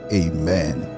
amen